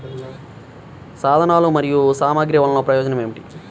సాధనాలు మరియు సామగ్రి వల్లన ప్రయోజనం ఏమిటీ?